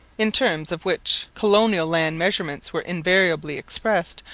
in terms of which colonial land measurements were invariably expressed,